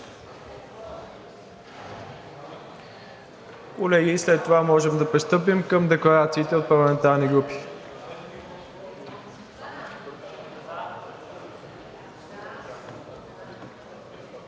Колеги, след това можем да пристъпим към декларациите от парламентарни групи,